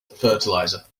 fertilizer